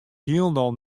hielendal